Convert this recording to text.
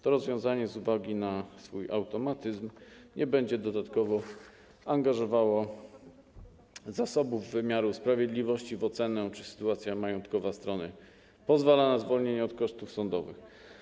To rozwiązanie z uwagi na swój automatyzm nie będzie dodatkowo angażowało zasobów wymiaru sprawiedliwości w ocenę, czy sytuacja majątkowa strony pozwala na zwolnienie z kosztów sądowych.